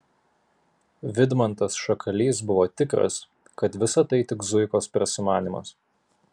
vidmantas šakalys buvo tikras kad visa tai tik zuikos prasimanymas